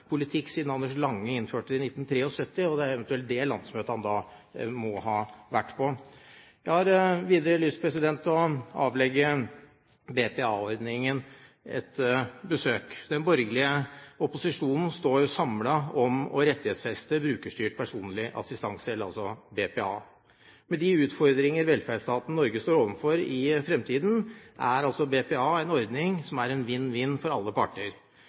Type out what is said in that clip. politikk siden Anders Lange innførte det i 1973, så det må eventuelt være det landsmøtet han har vært på. Jeg har videre lyst til å avlegge BPA-ordningen et besøk. Den borgerlige opposisjonen står samlet om å rettighetsfeste brukerstyrt personlig assistanse, altså BPA. Med de utfordringer som velferdsstaten Norge står overfor i fremtiden, er BPA en vinn-vinn-ordning for alle parter.